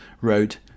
wrote